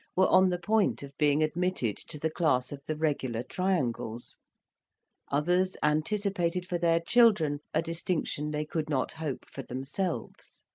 were on the point of being admitted to the class of the regular triangles others anticipated for their children a distinction they could not hope for themselves.